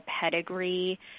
pedigree